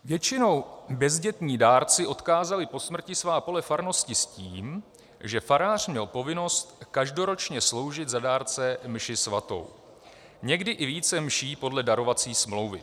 Většinou bezdětní dárci odkázali po smrti svá pole farnosti s tím, že farář měl povinnost každoročně sloužit za dárce mši svatou, někdy i více mší podle darovací smlouvy.